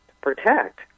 protect